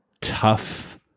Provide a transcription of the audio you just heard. tough